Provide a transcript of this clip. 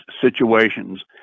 situations